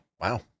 wow